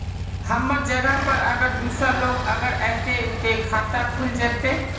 हमर जगह पर अगर दूसरा लोग अगर ऐते ते खाता खुल जते?